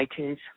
iTunes